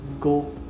go